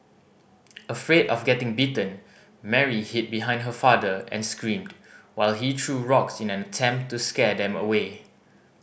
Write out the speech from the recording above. afraid of getting bitten Mary hid behind her father and screamed while he threw rocks in an attempt to scare them away